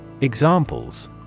Examples